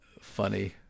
funny